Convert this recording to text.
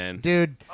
Dude